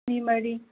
ꯃꯤ ꯃꯔꯤ